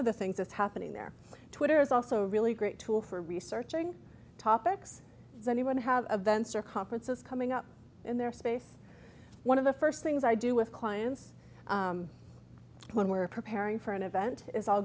of the things that's happening there twitter is also a really great tool for researching topics anyone have a vents or conferences coming up in their space one of the first things i do with clients when we're preparing for an event is i'll